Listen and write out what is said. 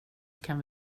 kan